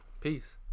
peace